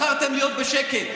בחרתם להיות בשקט.